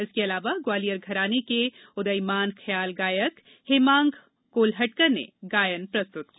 इसके अलावा ग्वालियर घराने के उदयीमान ख्याल गायक हेमांग कोल्हटकर ने गायन प्रस्तुत किया